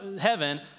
heaven